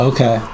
Okay